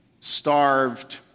starved